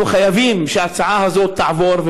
אנחנו חייבים שההצעה הזאת תעבור,